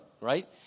right